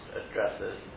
addresses